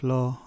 Law